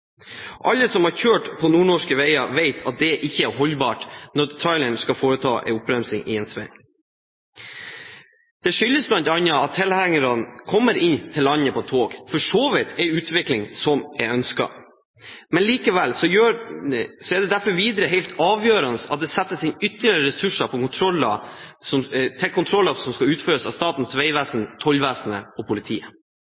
Alle som har kjørt på nordnorske veier, vet at det ikke er holdbart når traileren skal foreta oppbremsing i en sving. Dette skyldes bl.a. at tilhengerne kommer hit til landet på tog – for så vidt en utvikling som er ønsket. Likevel er det videre helt avgjørende at det settes inn ytterligere ressurser til kontroller som skal utføres at Statens